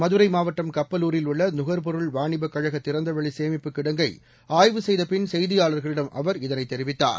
மதுரை மாவட்டம் கப்பலூரில் உள்ள நுகர்பொருள் வாணிபக் கழக திறந்தவெளி சேமிப்புக் கிடங்கை ஆய்வு செய்தபின் செய்தியாளர்களிடம் அவர் இதனைத் தெரிவித்தார்